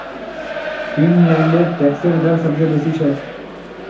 फिनलैंडेर टैक्स दर सब स बेसी छेक